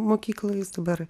mokyklą jis dabar